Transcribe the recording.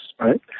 right